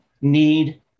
need